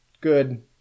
good